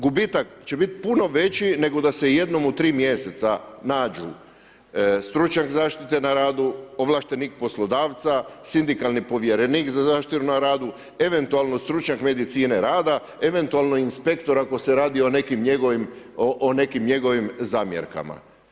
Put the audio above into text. Gubitak će biti puno veći nego da se jednom u 3 mjeseca nađu stručnjak zaštite na radu, ovlaštenik poslodavca, sindikalni povjerenik za zaštitu na radu, eventualno stručnjak medicine rada, eventualno inspektor ako se radi o nekim njegovim zamjerkama.